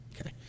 Okay